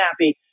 happy